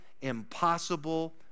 impossible